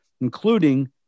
including